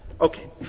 Okay